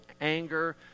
anger